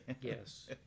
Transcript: Yes